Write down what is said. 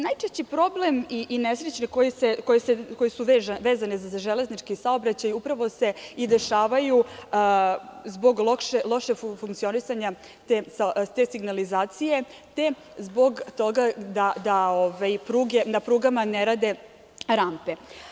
Najčešći problem i nesreće koje su vezane za železnički saobraćaj upravo se dešavaju zbog lošeg funkcionisanja te signalizacije, te zbog toga da na prugama ne rade rampe.